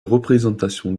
représentations